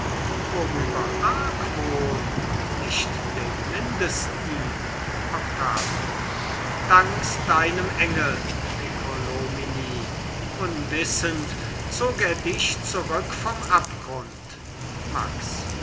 worüber argwohn nicht den mindesten octavio danks deinem engel piccolomini unwissend zog er dich zurück vom abgrund max